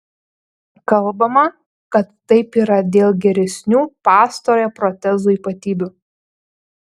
kalbama kad taip yra dėl geresnių pastarojo protezų ypatybių